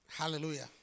Hallelujah